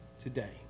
today